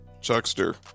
Chuckster